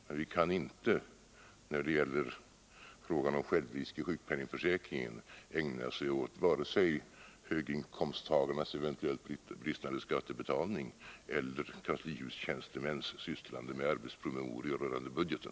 Men vi kan inte när det gäller frågan om självrisken i sjukpen ningförsäkringen ägna oss åt vare sig höginkomsttagares eventuellt bristande skattebetalning eller kanslitjänstemäns sysslande med arbetspromemorior rörande budgeten.